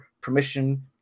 permission